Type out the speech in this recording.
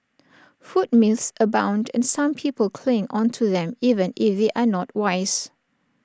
food myths abound and some people cling onto them even if they are not wise